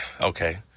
okay